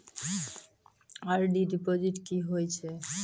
RD deposit की होय छै?